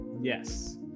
Yes